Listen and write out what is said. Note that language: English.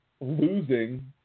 losing